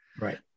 Right